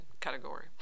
category